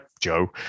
Joe